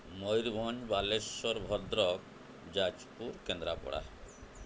Mayurbhanj Balasore Bhadrak Jajpur Kendrapara